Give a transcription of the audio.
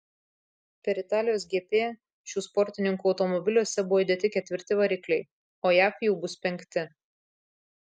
per italijos gp šių sportininkų automobiliuose buvo įdėti ketvirti varikliai o jav jau bus penkti